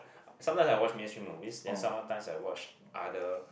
sometimes I watch mainstream movies then some other times I watch other